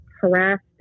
harassed